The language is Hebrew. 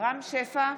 רם שפע,